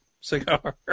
cigar